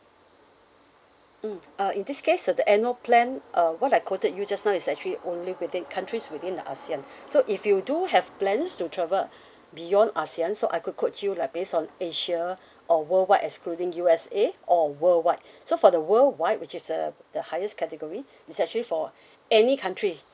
mm uh in this case uh the annual plan uh what I quoted you just now is actually only within countries within the ASEAN so if you do have plans to travel beyond ASEAN so I could quote you like based on asia or worldwide excluding U_S_A or worldwide so for the world wide which is the the highest category it's actually for any country